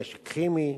נשק כימי,